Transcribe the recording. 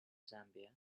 zambia